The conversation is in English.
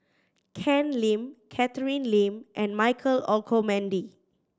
Ken Lim Catherine Lim and Michael Olcomendy